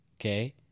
Okay